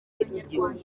abanyarwanda